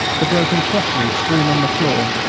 the broken crockery strewn on the floor,